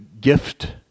gift